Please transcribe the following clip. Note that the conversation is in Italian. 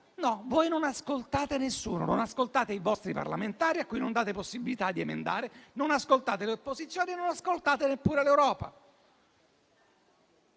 No: voi non ascoltate nessuno, non ascoltate i vostri parlamentari a cui non date possibilità di emendare, non ascoltate le opposizioni e non ascoltate neppure l'Europa.